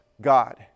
God